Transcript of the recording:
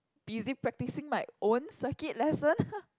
busy practising my own circuit lesson